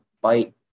bite